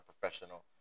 professional